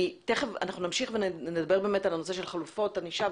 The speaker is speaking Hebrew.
אנחנו נמשיך לדבר על נושא חלופות הענישה,